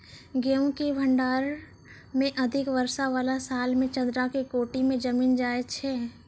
गेहूँ के भंडारण मे अधिक वर्षा वाला साल मे चदरा के कोठी मे जमीन जाय छैय?